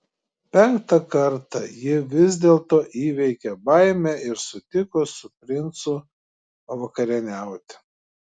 penktą kartą ji vis dėlto įveikė baimę ir sutiko su princu pavakarieniauti